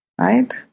right